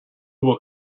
will